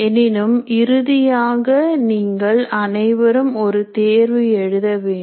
எனினும் இறுதியாக நீங்கள் அனைவரும் ஒரு தேர்வு எழுத வேண்டும்